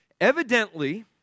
Evidently